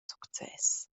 success